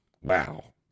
Wow